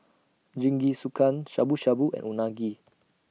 Jingisukan Shabu Shabu and Unagi